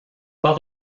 pas